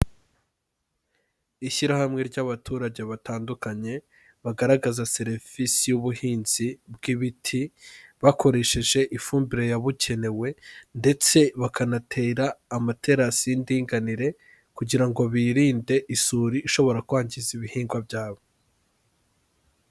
Ishyirahamwe ry'abaturage batandukanye bagaragaza serivisi y'ubuhinzi bw'ibiti, bakoresheje ifumbire yabugenewe ndetse bakanatera amaterasi y'indinganire kugira ngo birinde isuri ishobora kwangiza ibihingwa byabo.